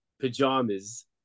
pajamas